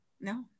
no